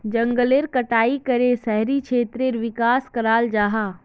जनगलेर कटाई करे शहरी क्षेत्रेर विकास कराल जाहा